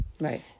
Right